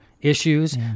Issues